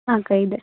ಹಾಂ ಅಕ್ಕ ಇದೆ